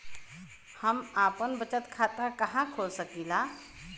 हम आपन बचत खाता कहा खोल सकीला?